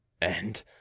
And